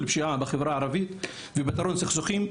פשיעה בחברה הערבית ובפתרון סכסוכים,